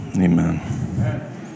Amen